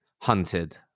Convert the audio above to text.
Hunted